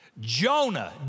Jonah